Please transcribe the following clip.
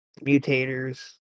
mutators